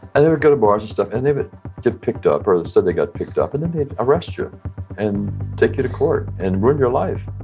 and they would go to bars and stuff. and they would get picked up or said they got picked up. and and they'd arrest you and take you to court and ruin your life.